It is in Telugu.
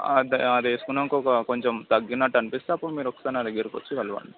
అద్ అది వేసుకున్నంక ఒక కొంచెం తగ్గినట్టు అనిపిస్తే అప్పుడు మీరు ఒకసారి నా దగ్గరకి వచ్చి కలవండి